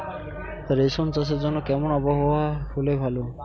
রেশম চাষের জন্য কেমন আবহাওয়া হাওয়া হলে ভালো?